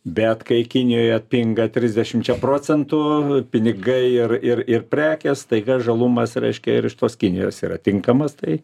bet kai kinijoje pinga trisdešimčia procentų pinigai ir ir ir prekės staiga žalumas reiškia ir iš tos kinijos yra tinkamas tai